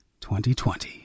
2020